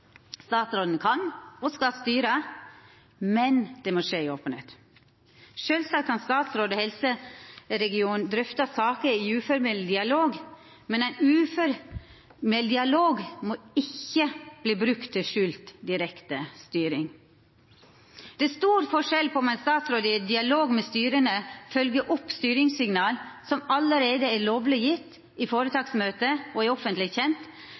Statsråden kan, og skal, styra, men det må skje i openheit. Sjølvsagt kan statsråd og helseregion drøfta saker i uformell dialog, men ein uformell dialog må ikkje verta brukt til skjult direkte styring. Det er stor forskjell på om ein statsråd i dialog med styra følgjer opp styringssignal som allereie er lovleg gjevne i føretaksmøtet og er offentleg